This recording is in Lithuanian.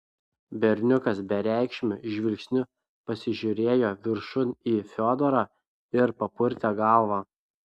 berniukas bereikšmiu žvilgsniu pasižiūrėjo viršun į fiodorą ir papurtė galvą